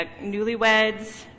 newlyweds